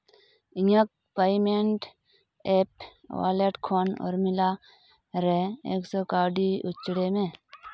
ᱤᱧᱟᱹᱜ payment app wallet ᱠᱷᱚᱱ ᱩᱨᱢᱤᱞᱟ ᱨᱮ ᱮᱠᱥᱚ ᱠᱟᱹᱣᱰᱤ ᱩᱪᱟᱹᱲ ᱢᱮ